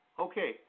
Okay